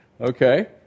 Okay